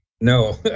No